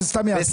זה סתם יעכב.